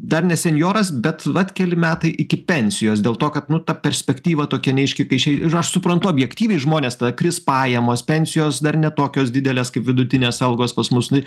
dar ne senjoras bet vat keli metai iki pensijos dėl to kad nu ta perspektyva tokia neaiški kai išei ir aš suprantu objektyviai žmones ta kris pajamos pensijos dar ne tokios didelės kaip vidutinės algos pas mus nu